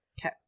Okay